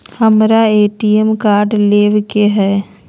हमारा ATM card लेव के हई